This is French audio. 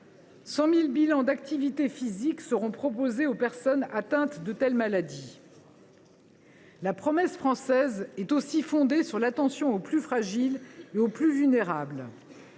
100 000 bilans d’activité physique seront proposés aux personnes atteintes de telles maladies. « La promesse française est aussi fondée sur l’attention aux plus fragiles et aux plus vulnérables.